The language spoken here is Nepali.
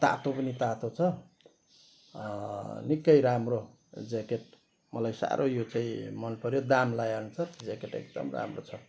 तातो पनि तातो छ निक्कै राम्रो ज्याकेट मलाई साह्रो यो चाहिँ मन पर्यो दाम लाएअनुसार ज्याकेट एकदम राम्रो छ